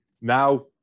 now